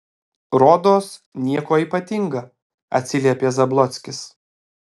rodos nieko ypatinga atsiliepė zablockis